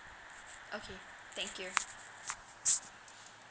okay thank you